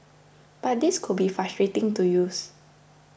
but these could be frustrating to use